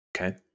okay